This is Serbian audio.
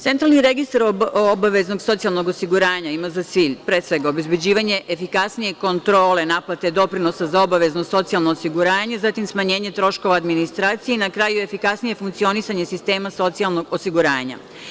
Centralni registar obaveznog socijalnog osiguranja ima za cilj, pre svega, obezbeđivanje efikasnije kontrole naplate doprinosa za obavezno socijalno osiguranje, zatim smanjenje troškova administracije i, na kraju, efikasnije funkcionisanje sistema socijalnog osiguranja.